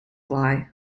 lie